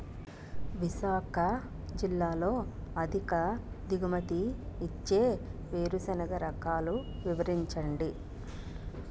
విశాఖ జిల్లాలో అధిక దిగుమతి ఇచ్చే వేరుసెనగ రకాలు వివరించండి?